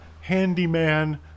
handyman